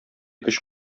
көч